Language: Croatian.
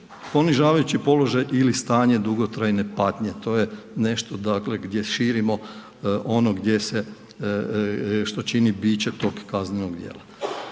ponižavajući položaj ili stanje dugotrajne patnje, to je nešto dakle gdje širimo ono gdje se, što čini biće tog kaznenog djela.